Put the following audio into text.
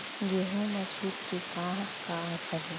गेहूँ मा छूट के का का ऑफ़र हे?